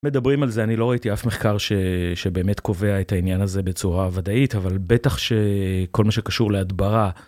מדברים על זה אני לא ראיתי אף מחקר שבאמת קובע את העניין הזה בצורה ודאית אבל בטח שכל מה שקשור להדברה.